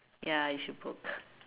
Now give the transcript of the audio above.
ya I should book